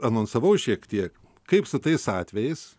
anonsavau šiek tiek kaip su tais atvejais